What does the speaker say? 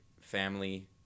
family